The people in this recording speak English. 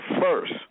first